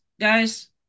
guys